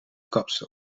kapstok